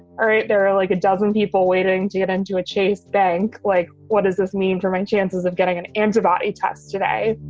all right, there are like a dozen people waiting to get onto a chase bank. like, what does this mean for my chances of getting an antibody test today?